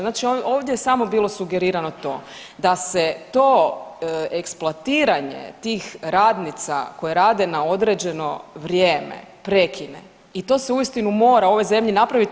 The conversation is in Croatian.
Znači ovdje je samo bilo sugerirano to da se to eksploatiranje tih radnica koje rade na određeno vrijeme prekine i to se uistinu mora u ovoj zemlji napraviti.